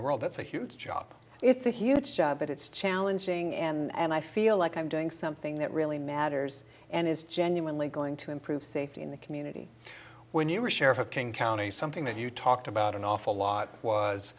the world that's a huge job it's a huge job but it's challenging and i feel like i'm doing something that really matters and is genuinely going to improve safety in the community when you are sheriff of king county something that you talked about an awful lot was